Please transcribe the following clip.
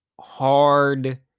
hard